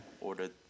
ordered